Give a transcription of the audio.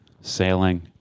sailing